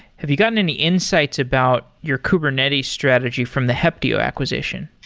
have you gotten any insights about your kubernetes strategy from the heptio acquisition?